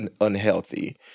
unhealthy